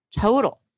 total